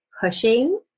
pushing